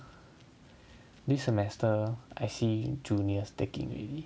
this semester I see juniors taking already